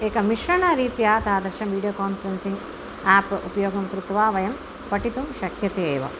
एकं मिश्रणरीत्या तादृशं वीडियो कान्फ़ेरेन्सिङ्ग् वीडियोकान्फ़ेरेन्सिङ्ग् आप् उपयोगं कृत्वा वयं पठितुं शक्यते एव